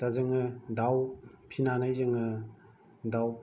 दाजोंङो दाउ फिनानै जोङो दाउ